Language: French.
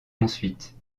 ensuite